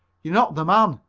you're not the man.